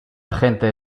gente